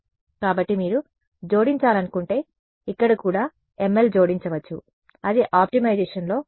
కాబట్టి మీరు జోడించాలనుకుంటే ఇక్కడ కూడా ml జోడించవచ్చు అది ఆప్టిమైజేషన్లో భాగమే